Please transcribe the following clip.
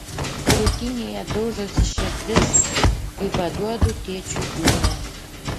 krūtinėje daužosi širdis kai paduodu tėčiui gūnią